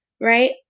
right